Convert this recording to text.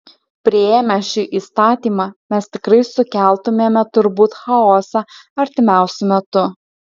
priėmę šitą įstatymą mes tikrai sukeltumėme turbūt chaosą artimiausiu metu